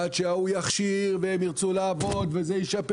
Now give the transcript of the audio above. עד שההוא יכשיר והם ירצו לעבוד וזה ישפר